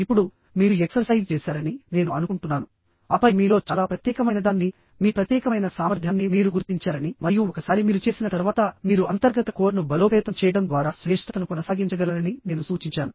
ఇప్పుడు మీరు ఎక్సర్సైజ్ చేశారని నేను అనుకుంటున్నాను ఆపై మీలో చాలా ప్రత్యేకమైనదాన్ని మీ ప్రత్యేకమైన సామర్థ్యాన్ని మీరు గుర్తించారని మరియు ఒకసారి మీరు చేసిన తర్వాత మీరు అంతర్గత కోర్ను బలోపేతం చేయడం ద్వారా శ్రేష్ఠతను కొనసాగించగలరని నేను సూచించాను